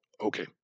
Okay